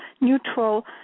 neutral